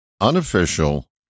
Unofficial